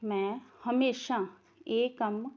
ਮੈਂ ਹਮੇਸ਼ਾ ਇਹ ਕੰਮ